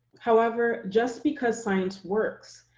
however, just because science works,